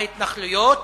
ההתנחלויות,